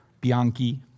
Bianchi